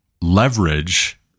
leverage